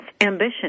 ambition